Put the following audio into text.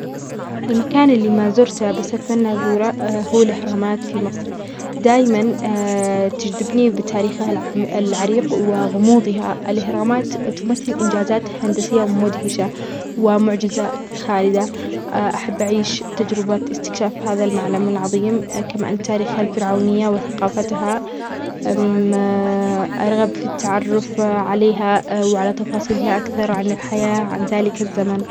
المكان الذي لم أزوره بس أتمنى زوره هو الأهرامات في مصر دائما تجذبني بتاريخها العريق وغموظها الأهرامات تمثل إنجازات هندسية ومدهشة ومعجزة خالدة أحب أعيش تجربة استكشاف هذا المعلم العظيم كمان تاريخها الفرعونية وثقافتها أرغب في التعرف عليها وعلى تفاصيلها أكثر عن الحياة عن ذلك الزمن.